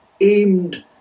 aimed